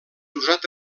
usat